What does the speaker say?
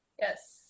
yes